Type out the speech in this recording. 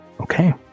Okay